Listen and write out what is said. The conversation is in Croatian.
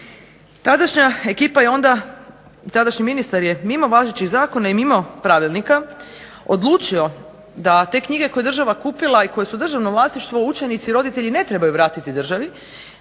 tadašnja ekipa je onda tadašnji ministar mimo važećih zakona i mimo pravila odlučio da te knjige koje je država kupila i koje su državno vlasništvo učenici i roditelji ne trebaju vratiti državi